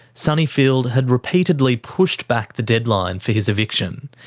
sunnyfield had repeatedly pushed back the deadline for his eviction,